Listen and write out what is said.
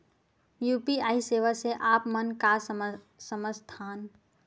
UPI सेवा से आप मन का समझ थान?